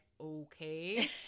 okay